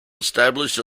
established